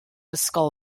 ysgol